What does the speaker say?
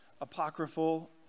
apocryphal